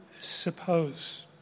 suppose